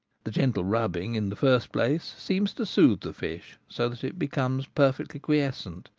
the gentle rubbing in the first place seems to soothe the fish, so that it becomes perfectly quiescent,